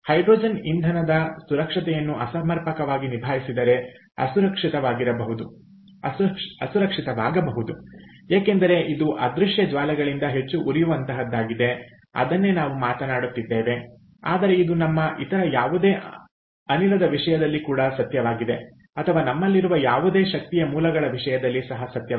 hydrogen ಇಂಧನದ ಸುರಕ್ಷತೆಯನ್ನು ಅಸಮರ್ಪಕವಾಗಿ ನಿಭಾಯಿಸಿದರೆ ಅಸುರಕ್ಷಿತವಾಗಬಹುದು ಏಕೆಂದರೆ ಇದು ಅದೃಶ್ಯ ಜ್ವಾಲೆಗಳಿಂದ ಹೆಚ್ಚು ಉರಿಯುವಂತಹದ್ದಾಗಿದೆ ಅದನ್ನೇ ನಾವು ಮಾತನಾಡುತ್ತಿದ್ದೇವೆ ಆದರೆ ಇದು ನಮ್ಮ ಇತರ ಯಾವುದೇ ಅನಿಲದ ವಿಷಯದಲ್ಲಿ ಕೂಡ ಸತ್ಯವಾಗಿದೆ ಅಥವಾ ನಮ್ಮಲ್ಲಿರುವ ಯಾವುದೇ ಶಕ್ತಿಯ ಮೂಲಗಳ ವಿಷಯದಲ್ಲಿ ಸಹ ಸತ್ಯವಾಗಿದೆ